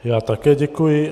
Já také děkuji.